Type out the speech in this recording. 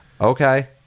Okay